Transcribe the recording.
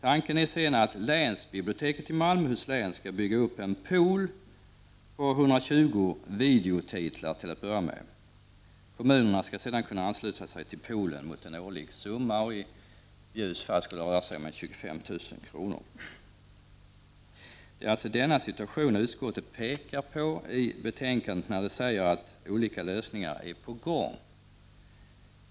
Tanken är sedan att länsbiblioteket i Malmöhus län till att börja med skall bygga upp en pool på 120 videotitlar. Kommunerna skall sedan kunna ansluta sig till poolen mot en årlig summa, och i Bjuvs fall skulle det röra sig om 25 000 kr. Det är alltså denna situation som utskottet pekar på i betänkandet när det skriver att olika lösningar är på gång.